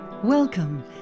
Welcome